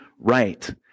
right